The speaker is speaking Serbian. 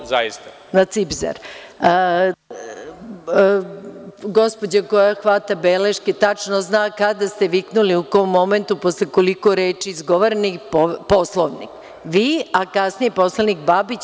Gospođa koja hvata beleške tačno zna kada ste viknuli, u kom momentu, posle koliko reči izgovorenih „Poslovnik“, vi, a kasnije gospodin Babić.